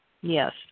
yes